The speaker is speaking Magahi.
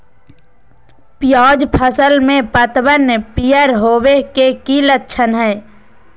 प्याज फसल में पतबन पियर होवे के की लक्षण हय?